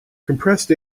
compressed